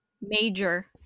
major